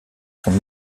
sont